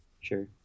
sure